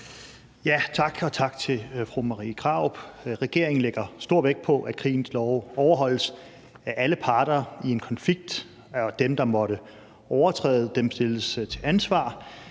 Tak, og tak til fru Marie Krarup. Regeringen lægger stor vægt på, at krigens love overholdes af alle parter i en konflikt, og at dem, der måtte overtræde dem, stilles til ansvar.